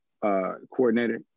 coordinator